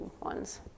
ones